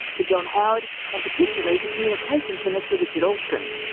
to john howard and particularly to communications minister, richard alston,